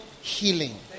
healing